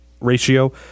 Ratio